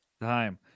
Time